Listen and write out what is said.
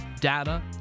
data